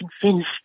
convinced